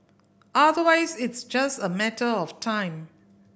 otherwise it's just a matter of time